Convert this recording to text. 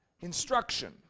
Instruction